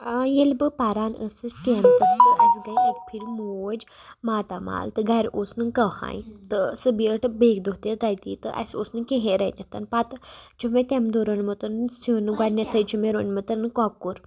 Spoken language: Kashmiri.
آ ییٚلہِ بہٕ پَران ٲسٕس ٹینتھَس تہٕ أسۍ گٔے ایٚکہِ پھِرِ موج ماتامال تہٕ گَرِ اوس نہٕ کٕہٕنۍ تہٕ سُہ بیٖٹھۍ بیٚیِکہِ دۄہ تہِ تَتی تہٕ اَسہِ اوس نہٕ کِہیٖنۍ رٔنِتھ پَتہٕ چھُ مےٚ تَمہِ دۄہ روٚنمُت سیُٚن گۄڈنٮ۪تھٕے چھُ مےٚ روٚنمُت کۄکُر